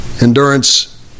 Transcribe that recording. endurance